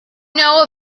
know